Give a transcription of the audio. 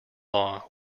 law